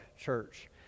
church